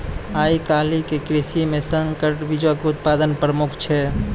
आइ काल्हि के कृषि मे संकर बीजो के उत्पादन प्रमुख छै